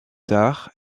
tard